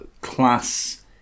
class